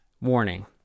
Warning